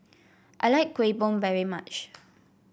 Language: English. I like Kueh Bom very much